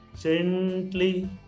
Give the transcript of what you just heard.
Gently